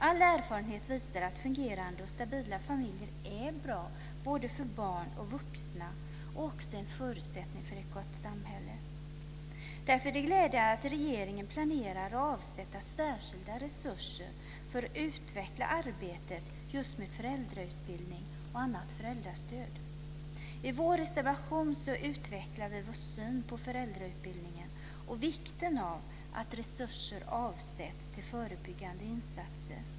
All erfarenhet visar att fungerande och stabila familjer är bra både för barn och vuxna och också en förutsättning för ett gott samhälle. Därför är det glädjande att regeringen planerar att avsätta särskilda resurser för att utveckla arbetet just med föräldrautbildning och annat föräldrastöd. I vår reservation utvecklar vi vår syn på föräldrautbildningen och vikten av att resurser avsätts till förebyggande insatser.